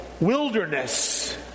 wilderness